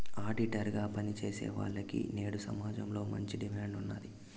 auditor గా పని చేసేవాల్లకి నేడు సమాజంలో మంచి డిమాండ్ ఉన్నాది